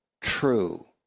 True